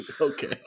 Okay